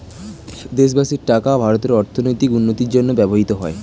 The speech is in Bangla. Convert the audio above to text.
দেশবাসীর টাকা ভারতের অর্থনৈতিক উন্নতির জন্য ব্যবহৃত হয়